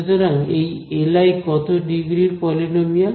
সুতরাং এই Li কত ডিগ্রীর পলিনোমিয়াল